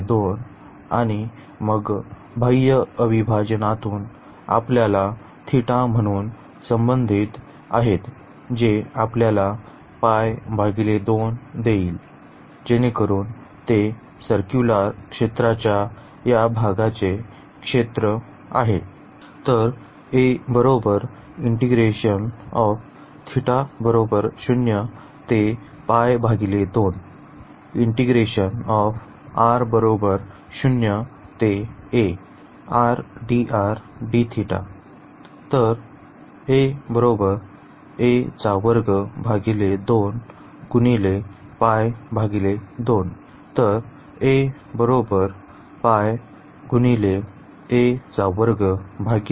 तर आणि मग बाह्य अविभाजनातून आपल्याला θ म्हणून संबंधित आहेत जे आपल्याला देईल जेणेकरून ते परिपत्रक क्षेत्राच्या या भागाचे क्षेत्र आहे